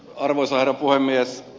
arvoisa herra puhemies